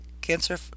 cancer